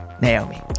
Naomi